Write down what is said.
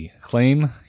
Claim